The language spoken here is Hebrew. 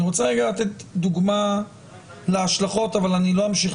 אני רוצה רגע לתת דוגמה להשלכות אבל אני לא אמשיך